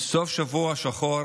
סוף שבוע שחור